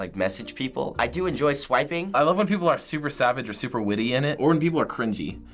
like message people. i do enjoy swiping. i love when people are super savage or super witty in it or when people are cringey,